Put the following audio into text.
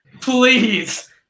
please